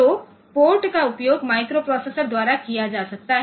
तो पोर्ट का उपयोग माइक्रोप्रोसेसर द्वारा किया जा सकता है